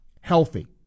Healthy